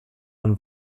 man